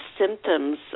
symptoms